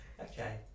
Okay